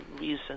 reason